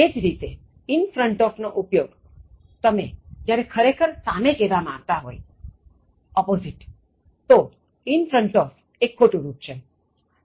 એ જ રીતે in front of નો ઉપયોગતમે જ્યારે ખરેખર સામે કહેવા માગતા હોય તો in front of એ ખોટું રુપ છે